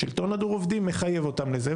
השלטון הדו-רובדי מחייב אותם לזה,